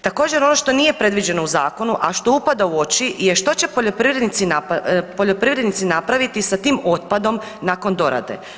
Također ono što nije predviđeno u zakonu, a što upada u oči je što će poljoprivrednici napraviti sa tim otpadom nakon dorade?